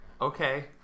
Okay